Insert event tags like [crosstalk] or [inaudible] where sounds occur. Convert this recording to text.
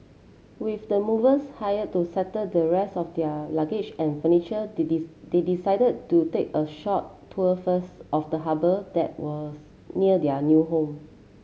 with the movers hired to settle the rest of their luggage and furniture they [unintelligible] they decided to take a short tour first of the harbour that was near their new home